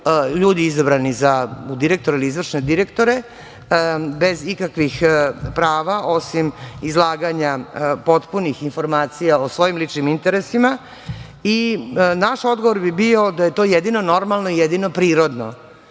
ljudi izabrani u direktore ili izvršne direktore bez ikakvih prava osim izlaganja potpunih informacija o svojim ličnim interesima i naš odgovor bi bio da je to jedino normalno i jedino prirodno,